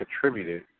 contributed